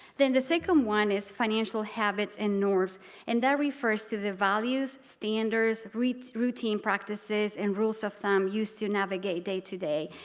then the second one is financial habits and norms and that refers to the values, standards routines, practices and rules of thumb used to navigate day-to-day